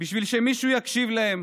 בשביל שמישהו יקשיב להם,